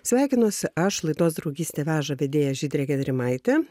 sveikinuosi aš laidos draugystė veža vedėja žydrė gedrimaitė